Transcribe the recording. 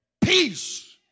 peace